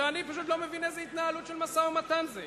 אני פשוט לא מבין איזו התנהלות של משא-ומתן זאת.